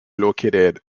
located